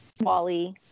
Wally